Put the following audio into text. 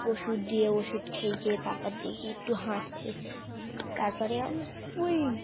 ওষুধ দিয়ে ওষুধ খেয়ে গিয়ে তারপর দেখি একটু হাঁটছে তার পরে ওই